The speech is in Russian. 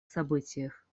событиях